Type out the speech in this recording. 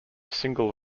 single